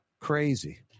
Crazy